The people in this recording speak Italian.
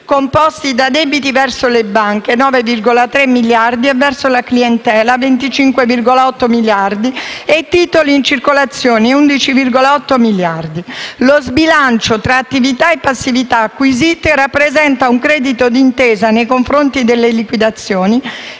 composti da debiti verso le banche (9,3 miliardi) e verso la clientela (25,8 miliardi) e titoli in circolazione 11,8 miliardi. Lo sbilancio tra attività e passività acquisite rappresenta un credito di Intesa nei confronti delle liquidazioni